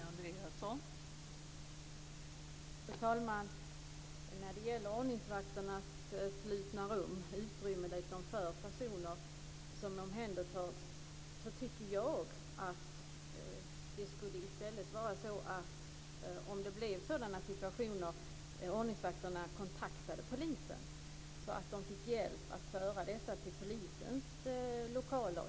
Fru talman! Jag ska börja med det som gäller ordningsvakternas slutna rum, utrymmen dit de för personer som omhändertas. Jag tycker i stället att ordningsvakterna i sådana situationer ska kontakta polisen, så att de får hjälp med att föra dessa personer till polisens lokaler.